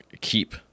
keep